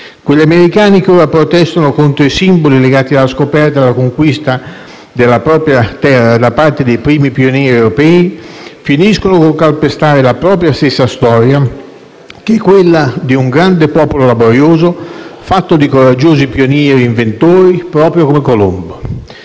Quegli americani che ora protestano contro i simboli legati alla scoperta e alla conquista della propria terra da parte dei primi pionieri europei, finiscono col calpestare la propria stessa storia, che è quella di un grande popolo laborioso, fatto di coraggiosi pionieri e inventori, proprio come Colombo.